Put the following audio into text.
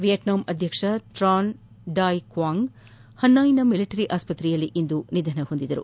Vietnam ಅಧ್ಯಕ್ಷ Tran Dai Quang ಹನಾಯ್ನ military ಆಸ್ಪತ್ರೆಯಲ್ಲಿ ಇಂದು ನಿಧನ ಹೊಂದಿದರು